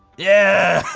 yeah!